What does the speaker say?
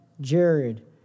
Jared